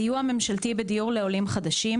סיוע ממשלתי בדיור לעולים חדשים,